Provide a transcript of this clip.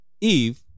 Eve